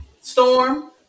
storm